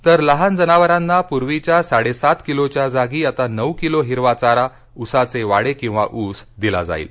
तर लहान जनावरांना पूर्वीच्या साडेसात किलोच्या जागी आता नऊ किलो हिरवा चारा ऊसाचे वाढे किंवा ऊस दिला जाईल